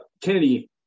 Kennedy